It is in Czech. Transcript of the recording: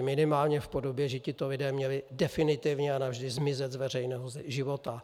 Minimálně v podobě, že tito lidé měli definitivně a navždy zmizet z veřejného života.